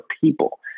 people